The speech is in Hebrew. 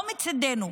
לא מצידנו.